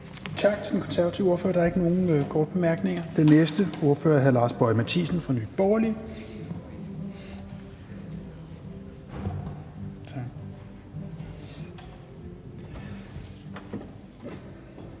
tak til den konservative ordfører. Der er ikke nogen korte bemærkninger. Den næste ordfører er hr. Lars Boje Mathiesen fra Nye Borgerlige.